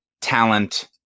talent